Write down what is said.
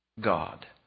God